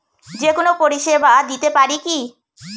যে কোনো পরিষেবা দিতে পারি কি?